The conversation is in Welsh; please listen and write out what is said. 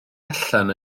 allan